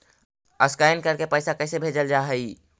Scan करके पैसा कैसे भेजल जा हइ?